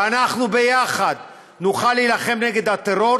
ואנחנו יחד נוכל להילחם נגד הטרור,